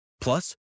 Plus